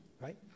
Right